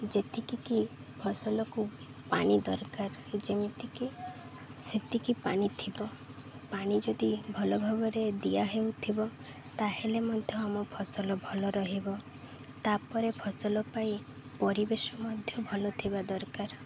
ଯେତିକି କି ଫସଲକୁ ପାଣି ଦରକାର ଯେମିତିକି ସେତିକି ପାଣି ଥିବ ପାଣି ଯଦି ଭଲ ଭାବରେ ଦିଆ ହେଉଥିବ ତାହେଲେ ମଧ୍ୟ ଆମ ଫସଲ ଭଲ ରହିବ ତା'ପରେ ଫସଲ ପାଇ ପରିବେଶ ମଧ୍ୟ ଭଲ ଥିବା ଦରକାର